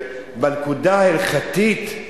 בנקודת ההלכתית,